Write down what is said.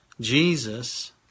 Jesus